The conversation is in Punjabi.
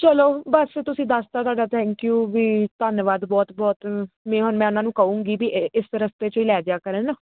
ਚਲੋ ਬਸ ਤੁਸੀਂ ਦੱਸਤਾ ਤੁਹਾਡਾ ਥੈਂਕਯੂ ਵੀ ਧੰਨਵਾਦ ਬਹੁਤ ਬਹੁਤ ਮੈਂ ਹੁਣ ਮੈਂ ਉਹਨਾਂ ਨੂੰ ਕਹੂੰਗੀ ਵੀ ਇਸ ਰਸਤੇ ਚੋ ਹੀ ਲੈ ਜਿਆ ਕਰਨ